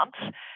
months